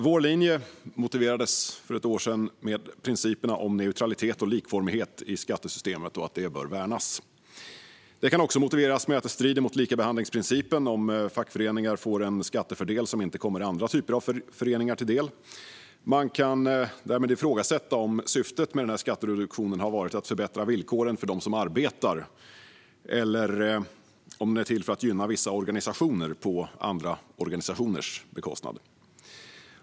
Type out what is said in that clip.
Vår linje motiverades för ett år sedan med principerna om neutralitet och likformighet i skattesystemet och att de bör värnas. Den kan också motiveras med att det strider mot likabehandlingsprincipen att fackföreningar får en skattefördel som inte kommer andra typer av föreningar till del. Man kan därmed ifrågasätta om syftet med skattereduktionen har varit att förbättra villkoren för dem som arbetar eller om den är till för att gynna vissa organisationer på andra organisationers bekostnad.